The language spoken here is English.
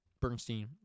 Bernstein